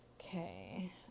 Okay